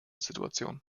situation